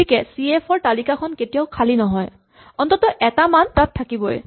গতিকে C F ৰ তালিকাখন কেতিয়াও খালী নহয় অন্ততঃ এটা মান তাত থাকিবই